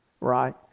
Right